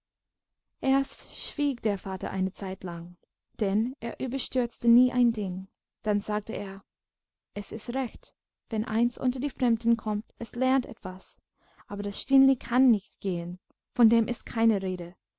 erst schwieg der vater eine zeitlang denn er überstürzte nie ein ding dann sagte er es ist recht wenn eins unter die fremden kommt es lernt etwas aber das stineli kann nicht gehen von dem ist keine rede